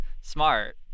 smart